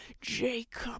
Jacob